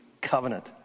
covenant